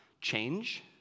change